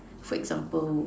for example